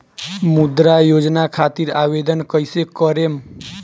मुद्रा योजना खातिर आवेदन कईसे करेम?